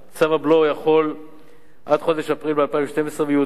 צו הבלו יחול עד חודש אפריל 2012 ויעודכן